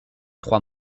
trois